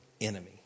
enemy